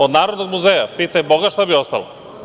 Od Narodnog muzeja pitaj boga šta bi ostalo.